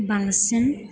बांसिन